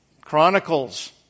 Chronicles